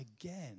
again